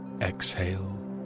exhale